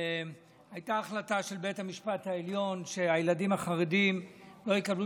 הייתה החלטה של בית המשפט העליון שהילדים החרדים לא יקבלו